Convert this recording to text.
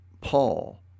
Paul